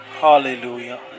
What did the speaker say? Hallelujah